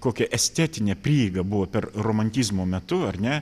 kokia estetinė prieiga buvo per romantizmo metu ar ne